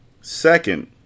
Second